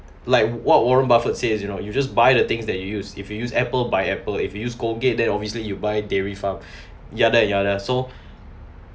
like what warren buffett says you know you just buy the things that you use if you use apple buy apple if you use colgate then obviously you buy dairy farm yada yada so